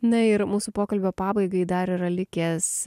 na ir mūsų pokalbio pabaigai dar yra likęs